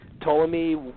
Ptolemy